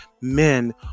Men